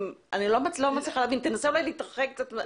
אני לא מצליחה להבין, תנסה אולי להתרחק קצת,